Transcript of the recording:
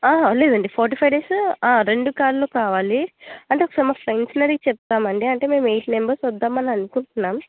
లేదండి forty five days రెండు కార్లు కావాలి అంటే ఒకసారి మా ఫ్రెండ్స్ని అడిగి చెప్తామండి అంటే మేము ఒక ఎయిట్ మెంబర్స్ వద్దామని అనుకుంట్నాం